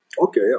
Okay